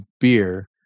beer